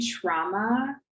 trauma